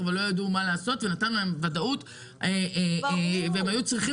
ולא ידעו מה לעשות וזה נתן להם ודאות והם היו צריכים